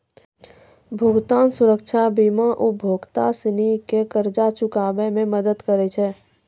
भुगतान सुरक्षा बीमा उपभोक्ता सिनी के कर्जा के चुकाबै मे मदद करै छै